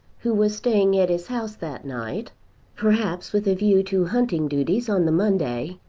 who was staying at his house that night perhaps with a view to hunting duties on the monday,